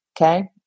Okay